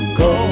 go